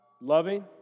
loving